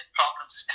problems